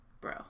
bro